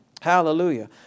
Hallelujah